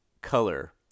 color